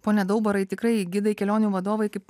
pone daubarai tikrai gidai kelionių vadovai kaip